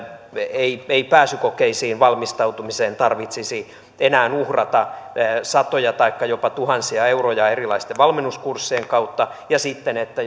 ei ei pääsykokeisiin valmistautumiseen tarvitsisi enää uhrata satoja taikka jopa tuhansia euroja erilaisten valmennuskurssien kautta ja sitten että